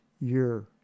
year